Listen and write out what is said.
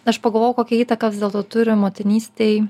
aš pagalvojau kokią įtaką vis dėlto turi motinystei